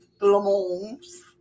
Lemon's